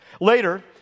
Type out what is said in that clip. Later